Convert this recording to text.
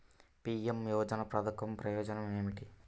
PM యోజన పధకం ప్రయోజనం ఏమితి?